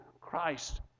Christ